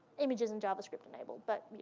images and javascript enabled. but,